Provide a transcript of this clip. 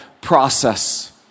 process